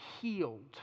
healed